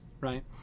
right